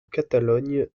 catalogne